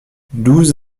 douze